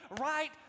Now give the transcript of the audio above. right